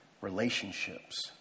relationships